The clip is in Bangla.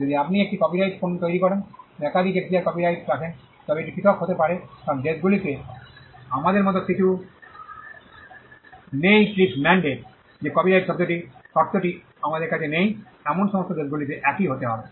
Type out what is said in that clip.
যদি আপনি একটি কপিরাইটযুক্ত পণ্য তৈরি করেন এবং একাধিক এখতিয়ারে কপিরাইট রাখেন তবে এটি পৃথক হতে পারে কারণ দেশগুলিতে আমাদের মতো কিছু নেই ট্রিপস ম্যান্ডেট যে কপিরাইট শর্তটি আমাদের কাছে নেই এমন সমস্ত দেশগুলিতে একই হতে হবে